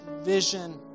vision